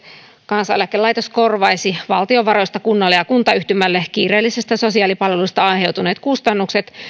kansaneläkelaitos korvaisi valtion varoista kunnalle ja kuntayhtymälle kiireellisistä sosiaalipalveluista aiheutuneet kustannukset